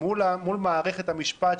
מול מערכת המשפט,